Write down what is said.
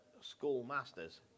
schoolmasters